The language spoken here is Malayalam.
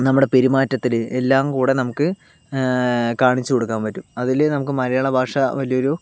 നമ്മുടെ പെരുമാറ്റത്തിൽ എല്ലാം കൂടി നമുക്ക് കാണിച്ചു കൊടുക്കാൻ പറ്റും അതിൽ നമുക്ക് മലയാളഭാഷ വലിയൊരു